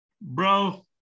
bro